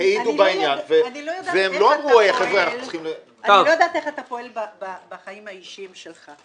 בוא נגיד שאני לא יודעת איך אתה פועל בחיים האישיים שלך.